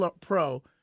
pro